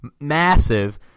massive